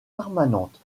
permanente